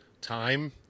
time